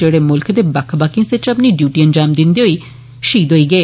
जेड़े मुल्खै दे बक्ख बक्ख हिस्सें च अपनी डयूटी अंजाम दिन्दे होई शहीद होई गे